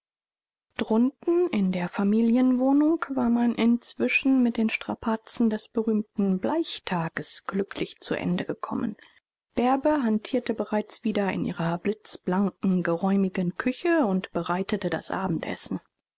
drunten in der familienwohnung war man inzwischen mit den strapazen des berühmten bleichtages glücklich zu ende gekommen bärbe hantierte bereits wieder in ihrer blitzblanken geräumigen küche und bereitete das abendessen